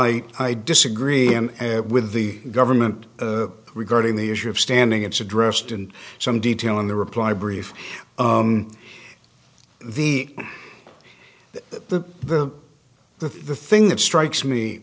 why i disagree with the government regarding the issue of standing it's addressed in some detail in the reply brief the the the the thing that strikes me